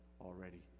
already